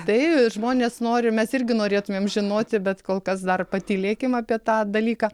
tai žmonės nori mes irgi norėtumėm žinoti bet kol kas dar patylėkim apie tą dalyką